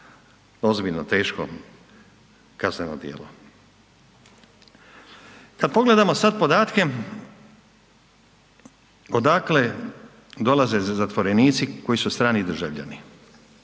ozbiljno teško kazneno djelo. Kada pogledamo sad podatke odakle dolaze zatvorenici koji su strani državljani,